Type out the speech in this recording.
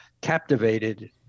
captivated